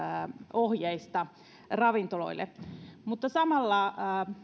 ohjeista ravintoloille mutta samalla